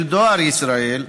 של דואר ישראל,